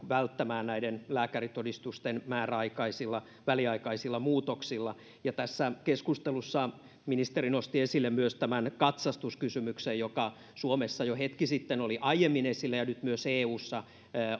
välttämään näiden lääkärintodistusten määräaikaisilla väliaikaisilla muutoksilla tässä keskustelussa ministeri nosti esille myös tämän katsastuskysymyksen joka suomessa jo hetki sitten oli aiemmin esillä ja nyt myös eussa